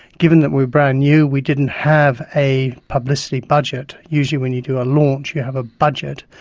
given that we're brand-new, we didn't have a publicity budget. usually when you do a launch you have a budget.